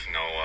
no